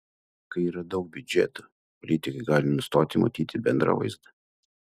kai yra daug biudžetų politikai gali nustoti matyti bendrą vaizdą